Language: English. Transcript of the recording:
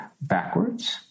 backwards